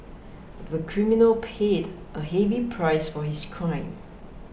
the criminal paid a heavy price for his crime